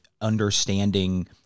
understanding